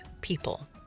People